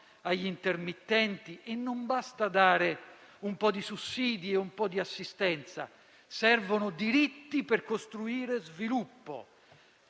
agli intermittenti. Non basta dare un po' di sussidi e un po' di assistenza; servono diritti per costruire sviluppo.